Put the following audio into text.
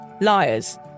Liars